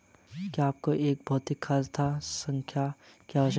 क्या आपको एक भौतिक शाखा स्थान की आवश्यकता है?